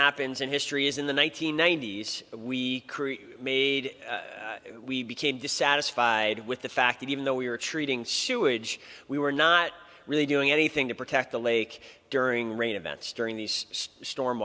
happens in history as in the one nine hundred ninety s we create made we became dissatisfied with the fact that even though we were treating sewage we were not really doing anything to protect the lake during rain events during these storm